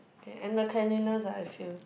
and the cleanliness lah I feel